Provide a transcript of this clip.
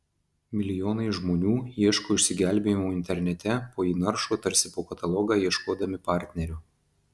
milijonai žmonių ieško išsigelbėjimo internete po jį naršo tarsi po katalogą ieškodami partnerio